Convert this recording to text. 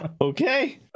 Okay